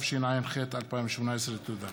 התשע"ח 2018. תודה.